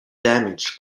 damaged